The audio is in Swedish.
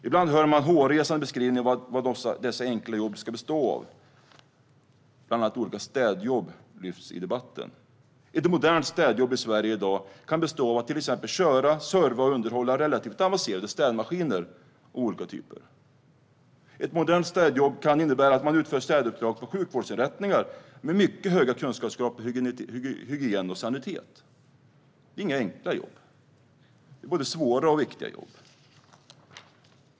Ibland hör man hårresande beskrivningar om vad dessa enklare jobb ska bestå av. Bland annat lyfts olika städjobb fram i debatten. Ett modernt städjobb i Sverige i dag kan bestå av till exempel att köra, serva och underhålla relativt avancerade städmaskiner av olika typer. Ett modernt städjobb kan innebära att man utför städuppdrag på sjukvårdsinrättningar med mycket höga krav på kunskaper om hygien och sanitet. Det är inga enkla jobb. Det är både svåra och viktiga jobb.